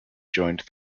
joined